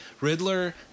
Riddler